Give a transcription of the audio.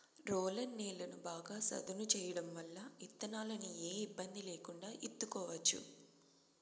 roller నేలను బాగా సదును చేయడం వల్ల ఇత్తనాలను ఏ ఇబ్బంది లేకుండా ఇత్తుకోవచ్చు